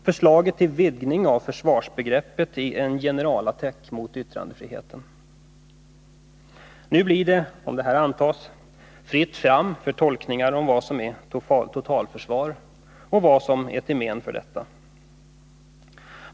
Förslaget till vidgning av försvarsbegreppet är en generalattack mot yttrandefriheten. Nu blir det, om det här förslaget antas, fritt fram för tolkningar av vad som är totalförsvar och vad som är till men för detta.